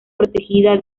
protegida